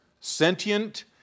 sentient